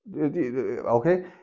Okay